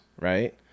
right